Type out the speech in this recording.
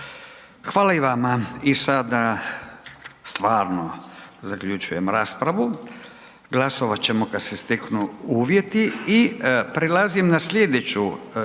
Hvala i vama. I sada stvarno zaključujem raspravu. Glasovat ćemo kad se steknu uvjeti. **Reiner,